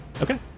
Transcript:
Okay